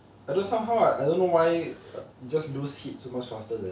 although somehow I don't know why it just lose heat so much faster than